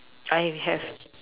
I have